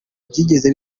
byigeze